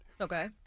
okay